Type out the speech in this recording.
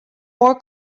more